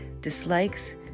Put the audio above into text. dislikes